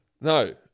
No